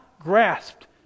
grasped